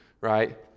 Right